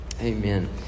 Amen